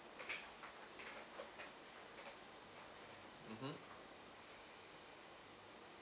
mmhmm